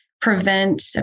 prevent